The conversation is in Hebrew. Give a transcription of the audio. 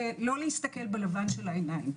זה לא להסתכל בלבן של העיניים.